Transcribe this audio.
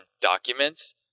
documents